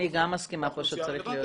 אני גם מסכימה שפה צריך להיות.